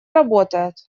работает